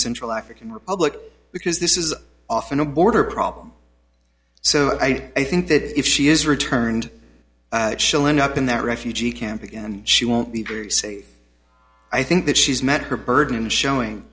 central african republic because this is often a border problem so i think that if she is returned shall end up in that refugee camp again she won't be very safe i think that she's met her burden and showing